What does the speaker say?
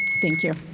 thank you.